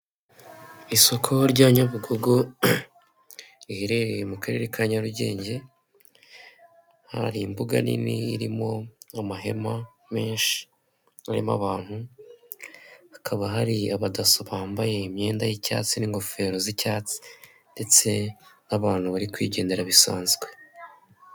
Isoko rya nyabugogo riherereye mu karere ka Nyarugenge, hari imbuga nini irimo amahema menshi, haririmo abantu hakaba hari abadaso bambaye imyenda y'icyatsi n'ingofero z'icyatsi ndetse abantu bari kwigendera bisanzwe.